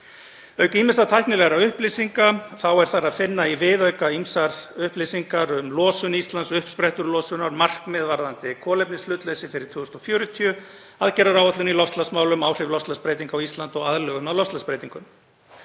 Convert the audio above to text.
Auk ýmissa tæknilegra upplýsinga er þar að finna í viðauka ýmsar upplýsingar um losun Íslands, uppsprettur losunar, markmið varðandi kolefnishlutleysi fyrir 2040, aðgerðaáætlun í loftslagsmálum, áhrif loftslagsbreytinga á Íslandi og aðlögun að loftslagsbreytingum.